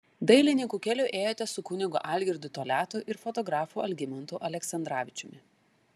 dailininkų keliu ėjote su kunigu algirdu toliatu ir fotografu algimantu aleksandravičiumi